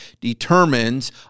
determines